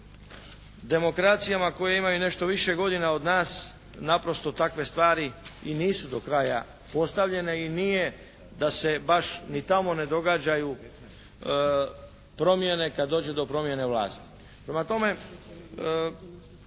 demokracijama koje imaju nešto više godina od nas naprosto takve stvari i nisu do kraja postavljene i nije da se baš ni tamo ne događaju promjene kad dođe do promjene vlasti.